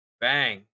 Bang